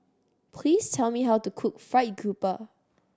please tell me how to cook fried grouper